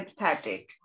empathetic